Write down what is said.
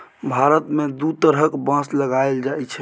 भारत मे दु तरहक बाँस लगाएल जाइ छै